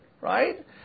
right